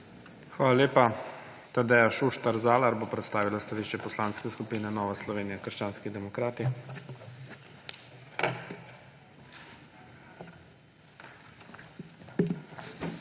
Hvala lepa. Tadeja Šuštar Zalar bo predstavila stališče Poslanske skupine Nova Slovenije – krščanski demokrati. **TADEJA